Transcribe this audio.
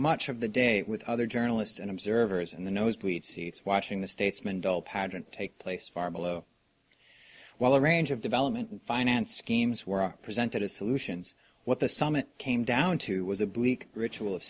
much of the day with other journalists and observers in the nosebleed seats watching the statesman dull pageant take place far below while a range of development finance schemes were presented as solutions what the summit came down to was a bleak ritual of